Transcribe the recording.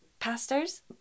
Pastors